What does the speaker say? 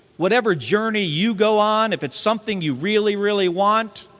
whatever journey you go on, if it's something you really, really want,